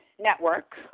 network